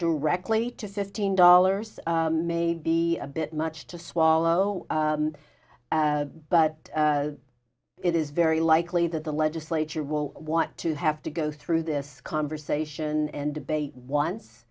directly to fifteen dollars may be a bit much to swallow but it is very likely that the legislature will want to have to go through this conversation and debate once